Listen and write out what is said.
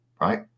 right